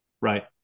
right